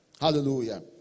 Hallelujah